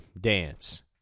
dance